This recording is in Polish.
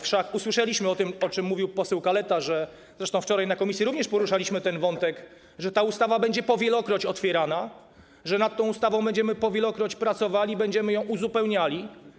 Wszak usłyszeliśmy o tym, o czym mówił poseł Kaleta, zresztą wczoraj na posiedzeniu komisji również poruszaliśmy ten wątek, że ta ustawa będzie po wielokroć otwierana, że nad tą ustawą będziemy po wielokroć pracowali, będziemy ją uzupełniali.